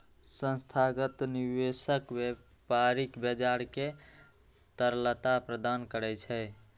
संस्थागत निवेशक व्यापारिक बाजार कें तरलता प्रदान करै छै